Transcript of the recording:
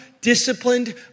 disciplined